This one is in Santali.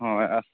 ᱦᱳᱭ ᱟᱨ